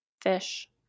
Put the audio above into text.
fish